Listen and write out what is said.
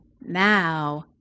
now